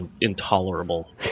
intolerable